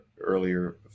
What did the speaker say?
earlier